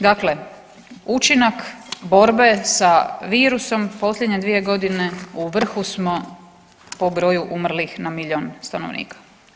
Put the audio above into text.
Dakle, učinak borbe sa virusom posljednje 2 godine u vrhu smo po broju umrlih na miliona stanovnika.